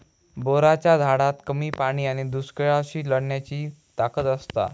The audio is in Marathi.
बोराच्या झाडात कमी पाणी आणि दुष्काळाशी लढण्याची ताकद असता